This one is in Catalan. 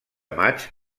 maig